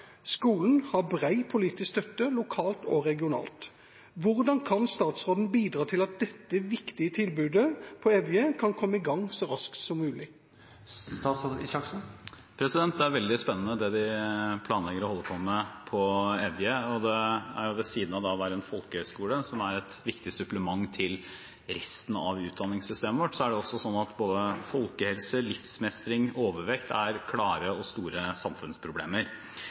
Skolen har bred politisk støtte lokalt og regionalt. Hvordan kan statsråden bidra til at dette viktige tilbudet på Evje kan komme i gang så raskt som mulig?» Det er veldig spennende, det de planlegger å holde på med på Evje – ved siden av å være en folkehøyskole, som er et viktig supplement til resten av utdanningssystemet vårt. Både folkehelse, livsmestring og overvekt er klare og store samfunnsproblemer.